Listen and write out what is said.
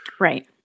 Right